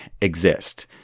exist